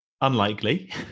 unlikely